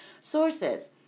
Sources